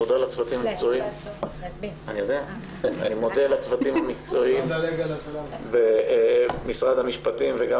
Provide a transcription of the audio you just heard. הוא אמון על זה, ומשרד המשפטים יקבע,